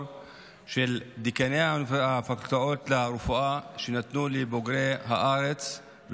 שנתנו דיקני הפקולטות לרפואה לבוגרי הארץ,